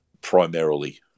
primarily